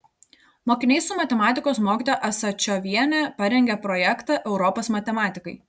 mokiniai su matematikos mokytoja asačioviene parengė projektą europos matematikai